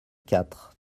quatre